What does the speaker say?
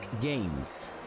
Games